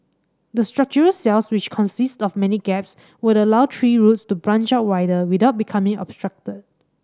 the structural cells which consist of many gaps would allow tree roots to branch out wider without becoming obstructed